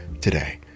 today